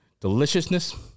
deliciousness